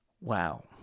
Wow